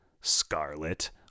Scarlet